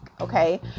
Okay